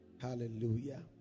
Hallelujah